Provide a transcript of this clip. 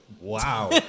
Wow